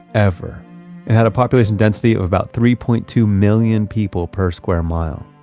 ever. it had a population density of about three point two million people per square mile.